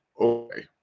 Okay